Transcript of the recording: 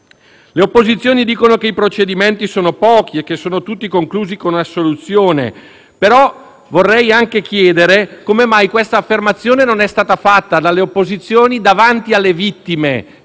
Le opposizioni dicono che i procedimenti sono pochi e tutti conclusi con assoluzione. Vorrei però chiedere come mai quest'affermazione non è stata fatta dalle opposizioni davanti alle vittime